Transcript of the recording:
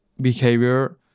behavior